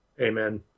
Amen